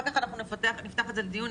ואחר כך נפתח את זה לדיון.